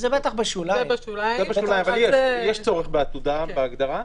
זה בשוליים, אבל יש צורך בעתודה בהגדרה.